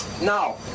Now